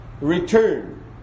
return